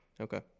Okay